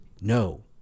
No